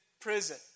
prison